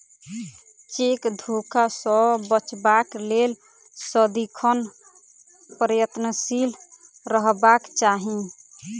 cheque धोखा सॅ बचबाक लेल सदिखन प्रयत्नशील रहबाक चाही